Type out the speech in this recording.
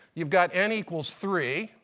you've got n equals three,